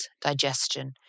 digestion